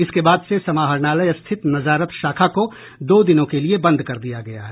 इसके बाद से समाहरणालय स्थित नजारत शाखा को दो दिनों के लिए बंद कर दिया गया है